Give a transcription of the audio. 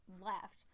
left